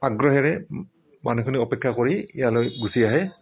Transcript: আগ্ৰহৰে মানুহখিনি অপেক্ষা কৰি ইয়ালৈ গুচি আহে